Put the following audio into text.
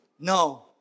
No